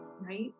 right